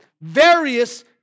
various